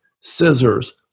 scissors